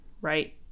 Right